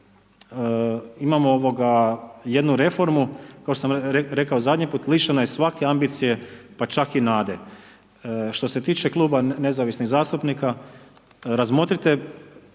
imamo jednu reformu kao što sam rekao zadnji put, lišena je svake ambicije pa čak i nade. Što se tiče Kluba nezavisnih zastupnika, razmotrite